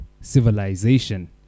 Civilization